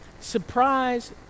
Surprise